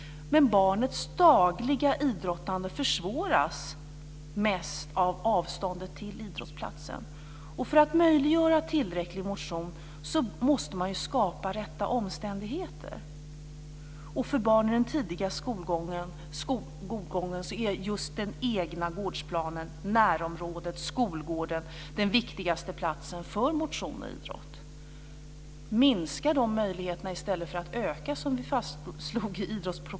Men barnets dagliga idrottande försvåras mest av avståndet till idrottsplatsen. För att möjliggöra tillräcklig motion måste man ju skapa rätt omständigheter, och för barn i den tidiga skolåldern är just den egna gårdsplanen, närområdet och skolgården de viktigaste platserna för motion och idrott.